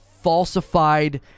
falsified